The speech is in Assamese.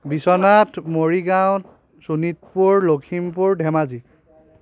বিশ্বনাথ মৰিগাঁও শোণিতপুৰ লখিমপুৰ ধেমাজি